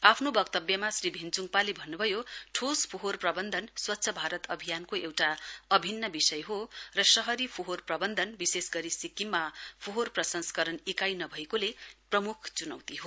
आफ्नो वक्तव्यमा श्री भैन्चुङपाले भन्नुभयो ठोस फोहोर प्रबन्धन स्वच्छ भारत अभियानको एउटा अभिन्न विषय हो शहरी फोहोर प्रबन्धन विशोष गरी सिक्किममा फोहोर प्रसंसकरण इकाई नभएको प्रमुख चुनौती हो